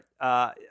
right